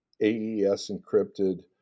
AES-encrypted